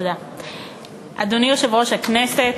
אדוני יושב-ראש הכנסת,